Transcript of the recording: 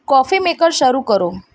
coffee maker શરુ કરો